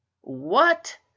What